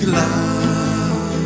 love